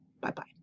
Bye-bye